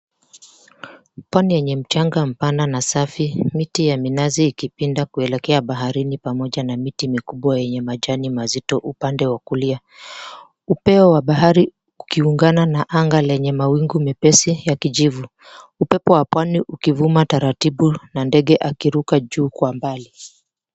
Pwani yenye mchanga mpana na safi, miti ya minazi ikipinda kuelekea baharini pamoja na miti mikubwa yenye majani mazito upande wa kulia, upeo wa bahari ukiungana na anga lenye mawingu mepesi ya kijivu, upepo wa pwani ukivuma taratibu na ndege akiruka juu kwa mbali.